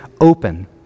open